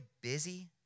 busy